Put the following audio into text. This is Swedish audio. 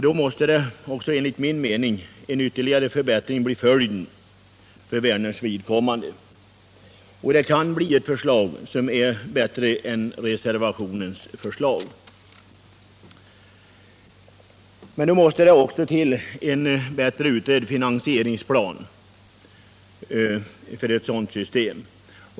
Då måste enligt min mening en ytterligare förbättring ske för Vänerns vidkommande, och det kan då bli fråga om ett förslag som är bättre än reservationens. Men då måste det också framläggas en grundligare utarbetad finansieringsplan för ett sådant system.